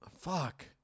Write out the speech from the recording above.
Fuck